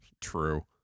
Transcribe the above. True